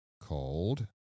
called